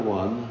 one